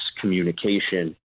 communication